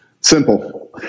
Simple